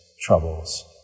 troubles